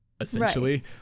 essentially